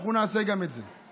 אנחנו נעשה גם את זה.